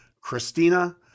Christina